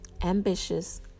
ambitious